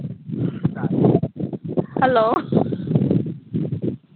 hello